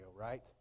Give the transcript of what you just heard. right